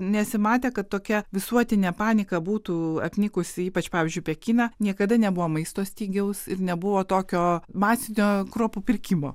nesimatė kad tokia visuotinė panika būtų apnikusi ypač pavyzdžiui pekiną niekada nebuvo maisto stygiaus ir nebuvo tokio masinio kruopų pirkimo